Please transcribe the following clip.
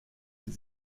sie